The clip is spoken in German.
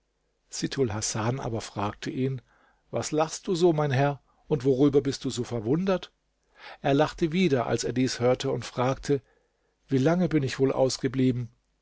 sittulhasan aber fragte ihn was lachst du so mein herr und worüber bist du so verwundert er lachte wieder als er dies hörte und fragte wie lange bin ich wohl ausgeblieben